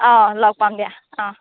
অঁ লগ পাম দিয়া অঁ